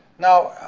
now,